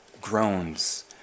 groans